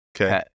Okay